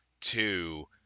Two